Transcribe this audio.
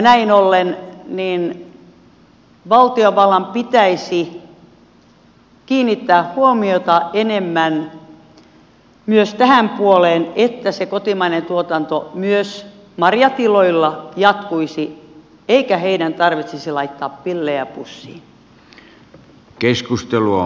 näin ollen valtiovallan pitäisi kiinnittää huomiota enemmän myös tähän puoleen että se kotimainen tuotanto myös marjatiloilla jatkuisi eikä heidän tarvitsisi laittaa pillejä pussiin